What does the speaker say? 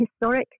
historic